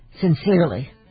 sincerely